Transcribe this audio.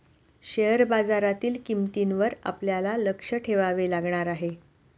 share बाजारातील किंमतींवर आपल्याला लक्ष ठेवावे लागणार आहे